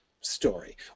story